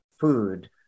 food